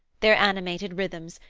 their animated rhythms,